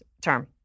term